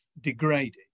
degraded